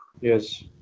Yes